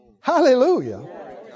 hallelujah